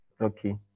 Okay